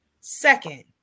second